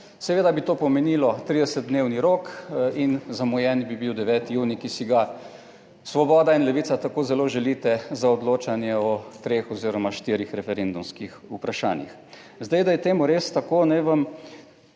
seveda bi to pomenilo 30 dnevni rok in zamujen bi bil 9. junij, ki si ga svoboda in Levica tako zelo želite za odločanje o treh oziroma štirih referendumskih vprašanjih. Zdaj, da je temu res tako, naj vam